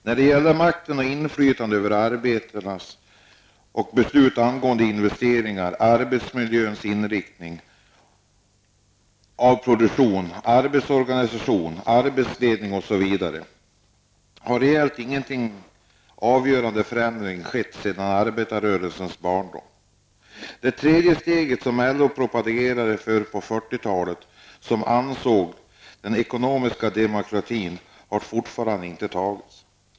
När det gäller makten på och inflytandet över arbetsplatserna, beslut angående investeringar och arbetsmiljö, inriktning av produktionen, arbetsorganisation och arbetsledning osv. har reellt sett ingen avgörande förändring skett sedan arbetarrörelsens barndom. ''Det tredje steget'' som LO propagerade för på 40-talet och som avsåg den ekonomiska demokratin har fortfarande inte tagits.